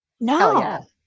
No